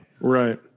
Right